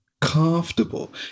comfortable